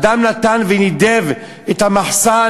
אדם נתן ונידב את המחסן,